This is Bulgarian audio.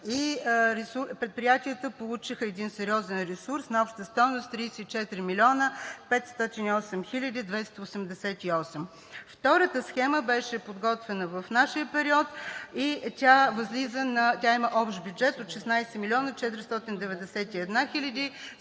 и предприятията получиха едни сериозен ресурс на обща стойност 34 млн. 508 хил. 288 лв. Втората схема беше подготвена в нашия период и има общ бюджет от 16 млн. 491 хил.